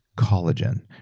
collagen